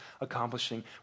accomplishing